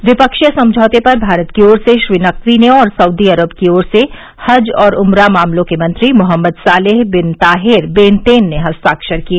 द्विपक्षीय समझौते पर भारत की ओर से श्री नकवी ने और सऊदी अरब की ओर से हज और उमरा मामलों के मंत्री Mohammed Saleh bin Taher Benten ने हस्ताक्षर किए